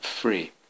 free